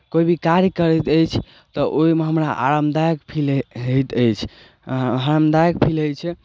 कोइ भी कार्य करैत अछि तऽ ओहिमे हमरा आरामदायक फील होयत अछि आरामदायक फील होइ छै